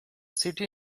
city